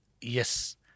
Yes